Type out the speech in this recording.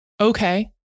okay